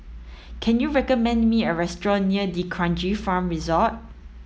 can you recommend me a restaurant near D'Kranji Farm Resort